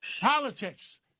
politics